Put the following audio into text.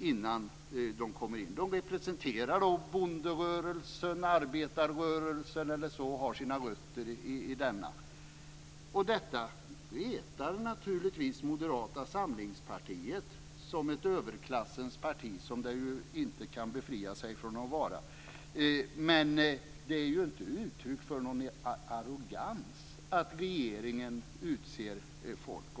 innan de kommer dit. De representerar t.ex. bonderörelsen eller arbetarrörelsen och har sina rötter där. Detta retar naturligtvis Moderata samlingspartiet, som ju inte kan befria sig från att vara överklassens parti. Men det är inte uttryck för någon arrogans att regeringen utser folk.